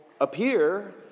appear